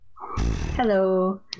Hello